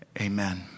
Amen